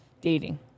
dating